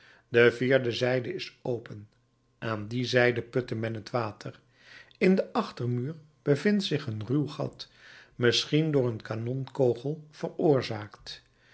de vierde zijde is open aan die zijde putte men het water in den achtermuur bevindt zich een ruw gat misschien door een kanonkogel veroorzaakt